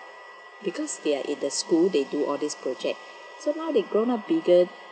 because they are in the school they do all these project so now they grown up bigger